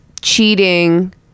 cheating